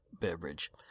beverage